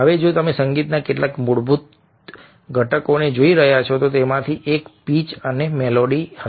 હવે જો તમે સંગીતના કેટલાક મૂળભૂત ઘટકોને જોઈ રહ્યા છો તેમાંથી એક પિચ અને મેલોડી હશે